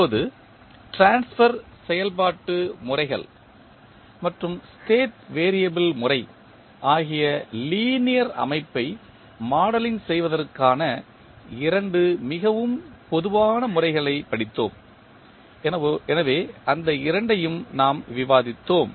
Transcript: இப்போது ட்ரான்ஸ்பர் செயல்பாட்டு முறைகள் மற்றும் ஸ்டேட் வெறியபிள் முறை ஆகிய லீனியர் அமைப்பை மாடலிங் செய்வதற்கான இரண்டு மிகவும் பொதுவான முறைகளைப் படித்தோம் எனவே இந்த இரண்டையும் நாம் விவாதித்தோம்